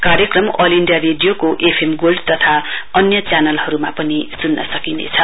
कार्यक्रम all India रेडियोको F M gold तथा अन्य च्यानलहरुमा सुन्न सकिनेछ